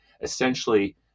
essentially